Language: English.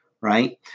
Right